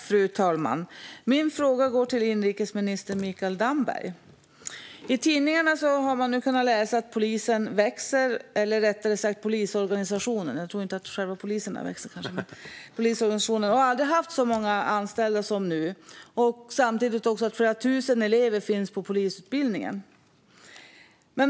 Fru talman! Min fråga går till inrikesminister Mikael Damberg. I tidningarna har man kunnat läsa att polisorganisationen växer och att den aldrig har haft så många anställda som nu, samtidigt som det finns flera tusen elever på polisutbildningen.